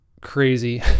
crazy